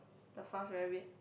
the fast rabbit